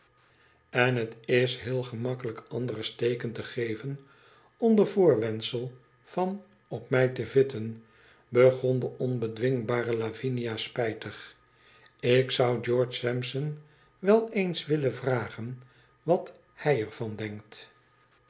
n het b heel gemakkelijk anderen steken te geven onder voorwendsel van op mij te vitten begon de onbedwingbare lavinia spijtig ik zou george sampson wel eens willen vragen wat hij er van denkt